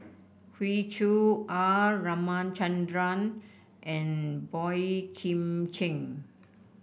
Hoey Choo R Ramachandran and Boey Kim Cheng